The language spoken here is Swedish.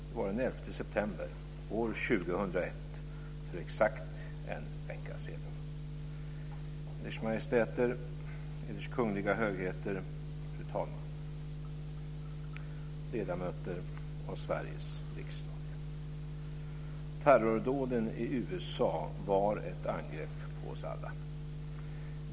Det var den 11 september år 2001, för exakt en vecka sedan. Eders Majestäter, Eders Kungliga Högheter, fru talman, ledamöter av Sveriges riksdag! Terrordåden i USA var ett angrepp på oss alla.